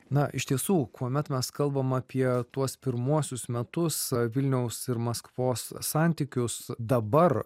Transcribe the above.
na iš tiesų kuomet mes kalbam apie tuos pirmuosius metus vilniaus ir maskvos santykius dabar